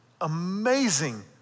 amazing